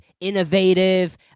innovative